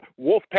Wolfpack